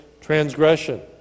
transgression